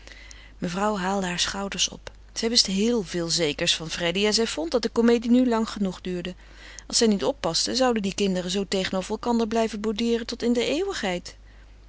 mevrouw haalde hare schouders op zij wist heel veel zekers van freddy en zij vond dat de comedie nu lang genoeg duurde als zij niet oppaste zouden die kinderen zoo tegenover elkander blijven boudeeren tot in der eeuwigheid